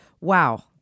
Wow